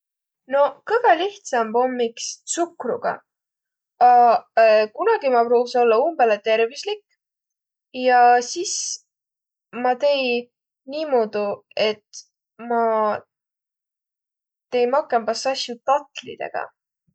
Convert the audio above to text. Noq kõgõ lihtsamb om iks tsukruga. Aq kunagi ma pruuvsõ ollaq umbõlõ tervüslik ja sis ma tei niimuudu, et ma tei makõmbas asju datlidegaq.